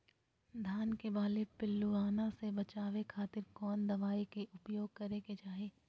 धान के बाली पिल्लूआन से बचावे खातिर कौन दवाई के उपयोग करे के चाही?